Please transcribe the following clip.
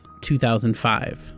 2005